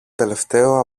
τελευταίο